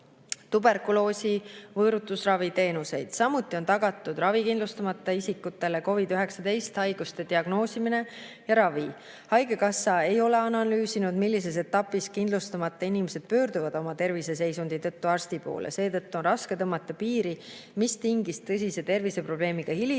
tuberkuloosi‑ ja võõrutusraviteenuseid. Samuti on ravikindlustamata isikutele tagatud COVID‑19 haiguse diagnoosimine ja ravi. Haigekassa ei ole analüüsinud, millises etapis kindlustamata inimesed pöörduvad oma terviseseisundi tõttu arsti poole. Seetõttu on raske tõmmata piiri, mis tingis tõsise terviseprobleemiga hilise